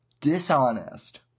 dishonest